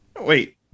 Wait